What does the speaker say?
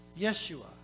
Yeshua